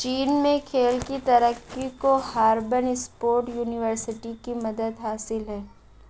چین میں کھیل کی ترقی کو ہاربن اسپوٹ یونیورسٹی کی مدد حاصل ہے